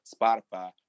Spotify